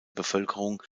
bevölkerung